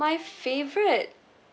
my favourite